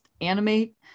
animate